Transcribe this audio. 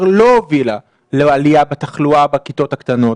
לא הובילה לעלייה בתחלואה בכיתות הקטנות,